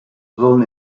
sollen